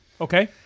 Okay